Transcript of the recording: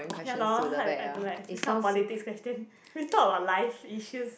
ya lor I I don't like this kind of politics question we talk about life issues